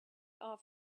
off